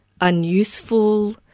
unuseful